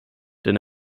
denn